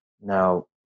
Now